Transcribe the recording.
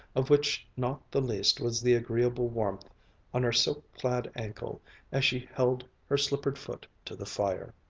of which not the least was the agreeable warmth on her silk-clad ankle as she held her slippered foot to the fire.